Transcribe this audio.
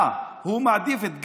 מה, הוא מעדיף את גלנט?